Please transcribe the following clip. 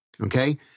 okay